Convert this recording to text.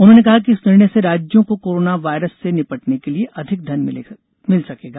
उन्होंने कहा कि इस निर्णय से राज्यों को कोरोना वायरस से निपटने के लिए अधिक धन मिल सकेगा